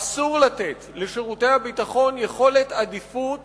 אסור לתת לשירותי הביטחון יכולת עדיפות